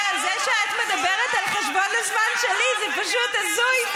זה שאת מדברת על חשבון הזמן שלי זה פשוט הזוי.